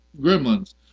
gremlins